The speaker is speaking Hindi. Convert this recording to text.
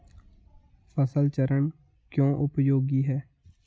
फसल चरण क्यों उपयोगी है?